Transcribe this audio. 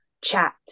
chat